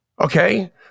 Okay